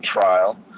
trial